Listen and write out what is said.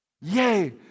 Yay